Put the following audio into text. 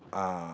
uh